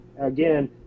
again